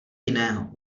jiného